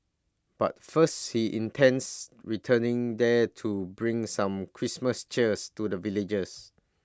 but first he intends returning there to bring some Christmas cheers to the villagers